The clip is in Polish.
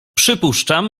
przypuszczam